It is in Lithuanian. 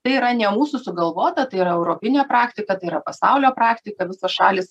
tai yra ne mūsų sugalvota tai yra europinė praktika tai yra pasaulio praktika visos šalys